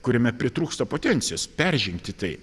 kuriame pritrūksta potencijos peržengti tai